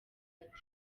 ahita